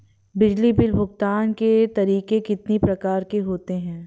बिजली बिल भुगतान के तरीके कितनी प्रकार के होते हैं?